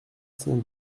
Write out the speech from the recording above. cent